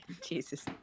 Jesus